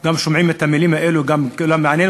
שגם שומעים את המילים האלה וגם מעניין